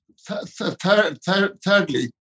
thirdly